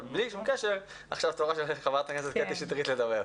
אבל בלי שום קשר עכשיו תורה של חברת הכנסת קטי שטרית לדבר.